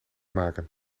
maken